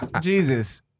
Jesus